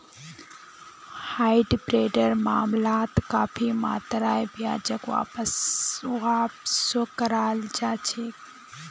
हाइब्रिडेर मामलात काफी मात्रात ब्याजक वापसो कराल जा छेक